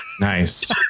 Nice